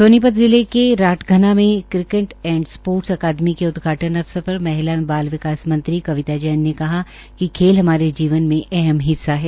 सोनीपत जिले के राठधना में क्रिकेट एंड स्पोटर्स अकादमी के उदघाटन अवसर पर महिला एवं बाल विकास मंत्री कविता जैन ने कहा कि खेल हमारे जीवन में अहम हिस्सा है